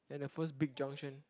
then the first big junction